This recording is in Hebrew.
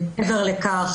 מעבר לכך,